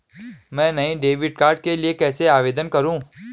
मैं नए debit card के लिए कैसे आवेदन करूं?